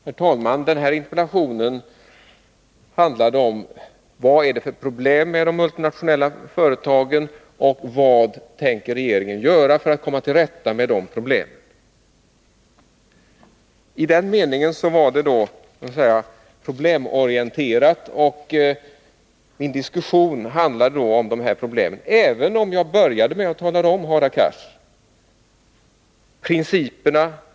Herr talman! Det som min interpellation handlar om är följande: Vad är det för problem med de multinationella företagen, och vad tänker regeringen göra för att komma till rätta med de problemen? I den meningen var frågan så att säga problemorienterad. Därför handlar min diskussion också om problemen — även om jag började, Hadar Cars, med att tala om principerna.